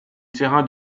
terrains